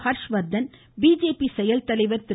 hertz Vardhan BJP செயல் தலைவர் திரு